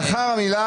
אחרי המילה